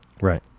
Right